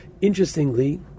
Interestingly